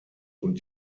und